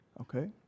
Okay